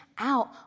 out